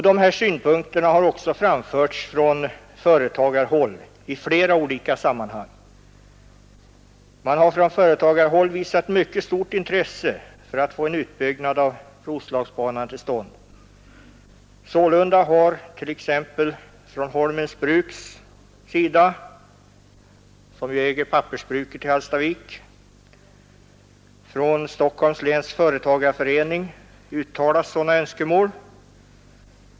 De här synpunkterna har också framförts från företagarhåll i flera olika sammanhang. Man har från företagarhåll visat mycket stort intresse för att få en utbyggnad av Roslagsbanan till stånd. Sådana önskemål har uttalats från t.ex. Holmens bruk, som ju äger pappersbruket i Hallstavik, och från Stockholms läns företagarförening.